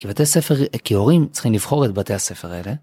כי בתי הספר, כי הורים צריכים לבחור את בתי הספר האלה.